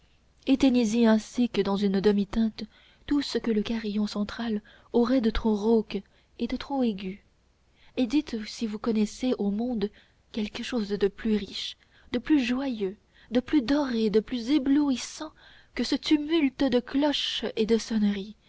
éteignez y ainsi que dans une demi-teinte tout ce que le carillon central aurait de trop rauque et de trop aigu et dites si vous connaissez au monde quelque chose de plus riche de plus joyeux de plus doré de plus éblouissant que ce tumulte de cloches et de sonneries